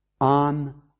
on